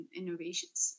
innovations